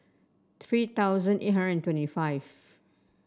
three thousand eight hundred and twenty five